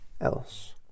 else